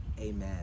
Amen